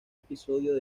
episodio